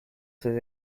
ces